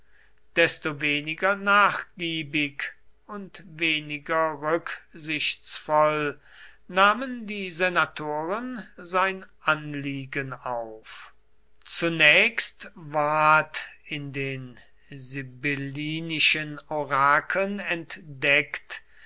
desto weniger nachgiebig und weniger rücksichtsvoll nahmen die senatoren sein anliegen auf zunächst ward in den sibyllinischen orakeln entdeckt